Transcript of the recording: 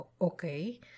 okay